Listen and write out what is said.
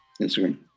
Instagram